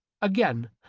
again,